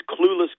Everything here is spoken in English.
clueless